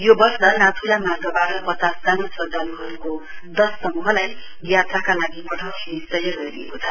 यो वर्ष नाथुला मार्गबाट पचास जना श्रध्दालुहरूको दश समूहलाई यात्राका लागि पठाउने निश्चय गरिएको छ